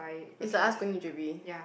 it's like us going to J_B